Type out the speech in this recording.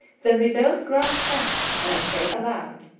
then we both grasp hands and i say aloud,